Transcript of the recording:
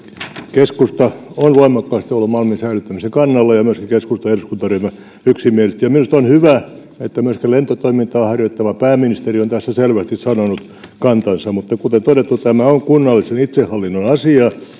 keskusta on voimakkaasti ollut malmin säilyttämisen kannalla ja myöskin keskustan eduskuntaryhmä yksimielisesti minusta on hyvä että lentotoimintaa harjoittava pääministeri on tässä selvästi myöskin sanonut kantansa mutta kuten todettu tämä on kunnallisen itsehallinnon asia